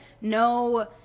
no